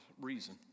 reason